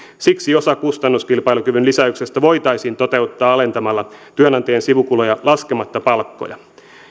siksi osa kustannuskilpailukyvyn lisäyksestä voitaisiin toteuttaa alentamalla työnantajien sivukuluja laskematta palkkoja